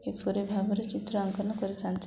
କିପରି ଭାବରେ ଚିତ୍ର ଅଙ୍କନ କରିଥାନ୍ତି